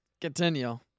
Continue